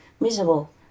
miserable